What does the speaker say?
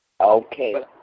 Okay